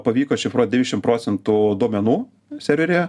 pavyko atšifruot devyniašim procentų duomenų serveryje